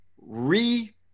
re